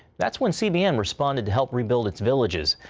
that's when cbn responded to help rebuild its villages.